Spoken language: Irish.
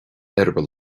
eireaball